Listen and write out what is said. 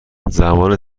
زمان